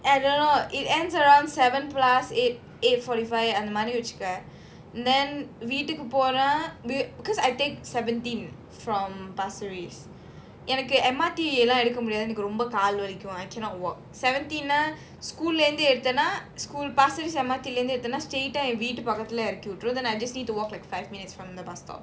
I don't know it ends around seven plus eight eight forty five அந்தமாதிரிவச்சிக்க:andha madhiri vachika then வீட்டுக்குபோற:veetuku pora because I take seventeen from pasir ris எனக்கு:enaku M_R_T எனக்குரொம்பகால்வலிக்கும்:enaku romba kaal valikum I cannot walk seventeen nah school lah இருந்துஎடுத்தேநா:irunthu eduthana pasir ris வீட்டுக்குபக்கத்துலஇறக்கிவிட்டுடு:veetuku pakkathula irakki vitutu then I just need to walk five minutes from the bus stop